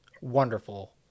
wonderful